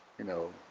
you know,